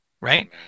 Right